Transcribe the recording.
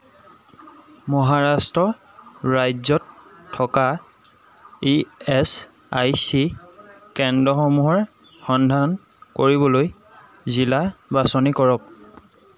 মহাৰাষ্ট্ৰ ৰাজ্যত থকা E S I C কেন্দ্ৰসমূহৰ সন্ধান কৰিবলৈ জিলা বাছনি কৰক